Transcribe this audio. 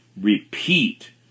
repeat